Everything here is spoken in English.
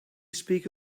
speak